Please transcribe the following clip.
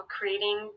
creating